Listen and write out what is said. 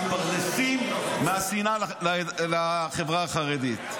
מתפרנסים מהשנאה לחברה החרדית.